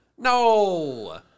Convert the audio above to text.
No